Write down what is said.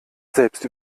selbst